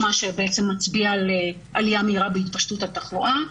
מה שבעצם מצביע על עלייה בהתפשטות התחלואה,